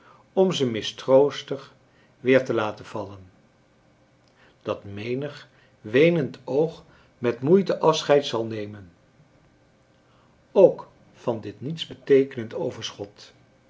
om ze mistroostig weer te laten vallen dat menig weenend oog met moeite afscheid zal nemen ook van dit nietsbeteekenend overschot